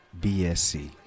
BSC